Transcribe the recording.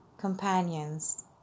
companions